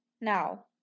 Now